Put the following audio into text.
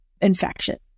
infection